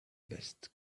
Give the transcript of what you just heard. best